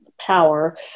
power